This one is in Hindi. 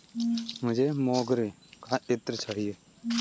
मुझे मोगरे का इत्र चाहिए